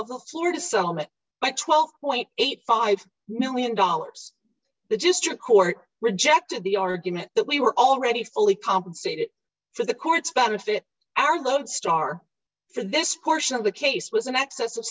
of the florida settlement by twelve point eighty five million dollars the district court rejected the argument that we were already fully compensated for the court's benefit our lodestar for this portion of the case was an excess of